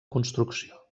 construcció